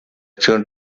tune